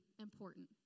important